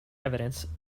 evidence